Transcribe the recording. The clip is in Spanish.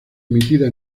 emitida